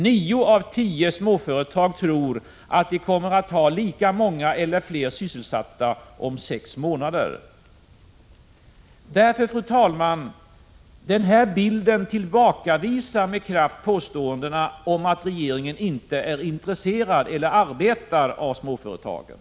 Nio av tio småföretag tror att de kommer att ha lika många eller fler sysselsatta om sex månader. Fru talman! Den här bilden tillbakavisar med kraft påståendena om att regeringen inte är intresserad av eller inte arbetar för småföretagen.